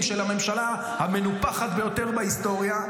של הממשלה המנופחת ביותר בהיסטוריה,